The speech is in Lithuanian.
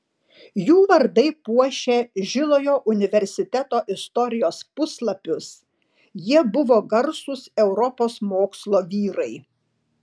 jų vardai puošia žilojo universiteto istorijos puslapius jie buvo garsūs europos mokslo vyrai